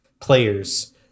players